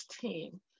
team